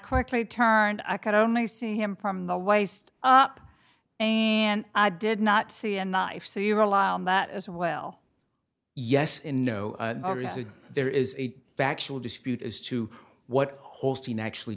quickly turned i could only see him from the waist up and i did not see a knife so you allow that as well yes in no there is a factual dispute as to what holstein actually